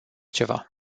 ceva